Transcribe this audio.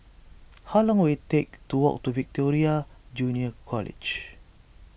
how long will it take to walk to Victoria Junior College